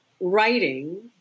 writing